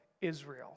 Israel